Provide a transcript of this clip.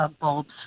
bulbs